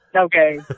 Okay